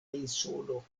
insulo